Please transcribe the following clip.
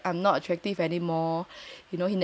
well my husband thinks I'm fat I'm not attractive anymore